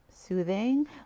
soothing